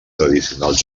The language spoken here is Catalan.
tradicionals